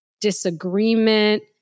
disagreement